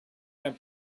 zijn